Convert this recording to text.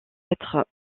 être